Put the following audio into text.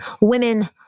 Women